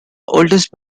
oldest